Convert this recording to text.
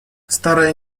старая